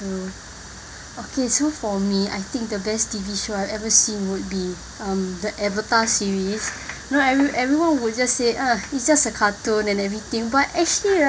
um okay so for me I think the best T_V show I've ever seen would be um the avatar series no every everyone would just say uh it's just a cartoon and everything but actually